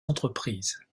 entreprises